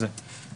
זה מסוכן ביותר,